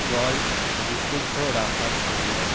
জল বিশুদ্ধ রাখার জন্য